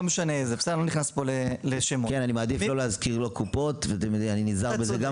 לא משנה איזה --- כן אני מעדיף לא להזכיר שמות קופות ולא בתי חולים,